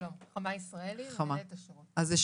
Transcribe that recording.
שלום, אני חמה ישראלי, מנהלת השירות.